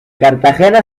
cartagena